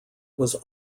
was